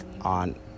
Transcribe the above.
on